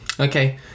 Okay